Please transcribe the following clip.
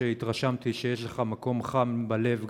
והתרשמתי שיש לך מקום חם בלב,